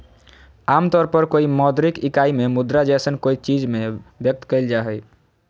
आमतौर पर कोय मौद्रिक इकाई में मुद्रा जैसन कोय चीज़ में व्यक्त कइल जा हइ